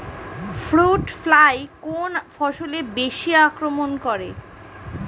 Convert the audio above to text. Fruit fly কোন ফসলে বেশি আক্রমন করে?